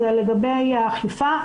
לגבי אכיפה,